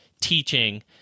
teaching